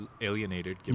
alienated